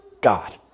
God